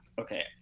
okay